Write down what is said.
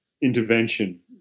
intervention